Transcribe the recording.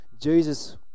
Jesus